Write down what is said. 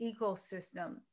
ecosystem